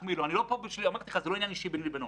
היחס של משרד הביטחון זה לא עניין של בן-אדם.